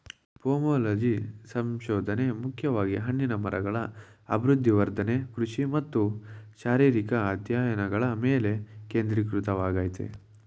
pomology ಸಂಶೋಧನೆ ಮುಖ್ಯವಾಗಿ ಹಣ್ಣಿನ ಮರಗಳ ಅಭಿವೃದ್ಧಿ ವರ್ಧನೆ ಕೃಷಿ ಮತ್ತು ಶಾರೀರಿಕ ಅಧ್ಯಯನಗಳ ಮೇಲೆ ಕೇಂದ್ರೀಕೃತವಾಗಯ್ತೆ